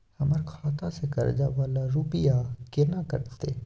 हमर खाता से कर्जा वाला रुपिया केना कटते?